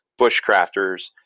bushcrafters